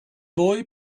boy